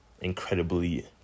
incredibly